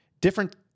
different